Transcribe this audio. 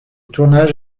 tournage